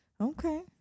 Okay